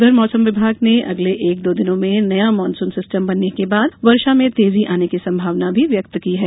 उधर मौसम विभाग ने अगले एक दो दिनों में नया मॉनसून सिस्टम बनने के बाद वर्षा में तेजी आने की संभावना भी व्यक्त की है